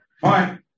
Fine